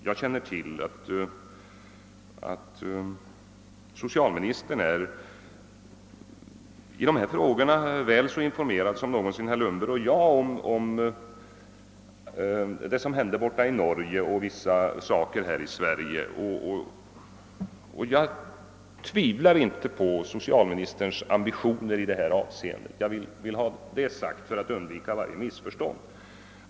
Jag känner till att socialministern är väl så informerad som herr Lundberg och jag om vad som hände i Norge och vad som har hänt i Sverige, och jag tvivlar inte på socialministerns ambitioner — jag vill ha det sagt för att undvika varje missförstånd.